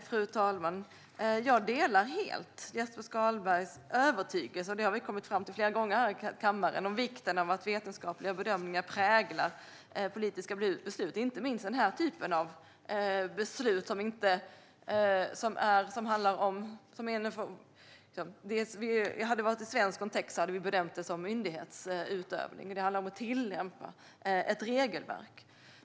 Fru talman! Jag delar helt Jesper Skalbergs övertygelse - det har vi kommit fram till flera gånger här i kammaren - om vikten av att vetenskapliga bedömningar präglar politiska beslut. Det gäller inte minst den här typen av beslut, som vi hade bedömt som myndighetsutövning om de hade fattats i en svensk kontext. Det handlar om att tillämpa ett regelverk.